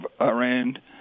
Iran